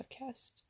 podcast